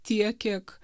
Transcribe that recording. tiek kiek